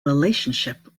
relationship